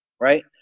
right